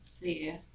see